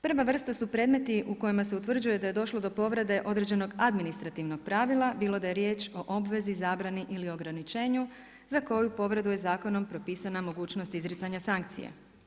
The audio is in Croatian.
Prva vrsta su predmeti u kojima se utvrđuje da je došlo do povrede određenog administrativnog pravila bilo da je riječ o obvezi, zabrani ili ograničenju za koju povredu je zakonom propisana mogućnost izricanja sankcija.